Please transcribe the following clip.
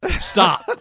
Stop